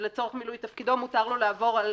שלצורך מילוי תפקידו מותר לו לעבור על